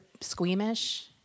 squeamish